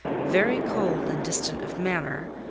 very cold and distant of manner,